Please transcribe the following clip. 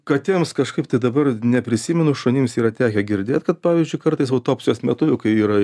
katėms kažkaip tai dabar neprisimenu šunims yra tekę girdėt kad pavyzdžiui kartais autopsijos metu jau kai yra